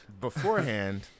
beforehand